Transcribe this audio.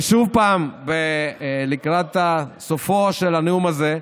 ועוד פעם, לקראת סופו של הנאום הזה,